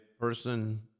person